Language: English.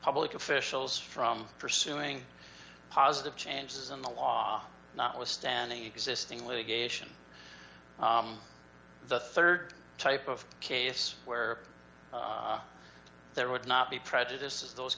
public officials from pursuing positive changes in the law not withstanding existing litigation the rd type of case where there would not be prejudice as those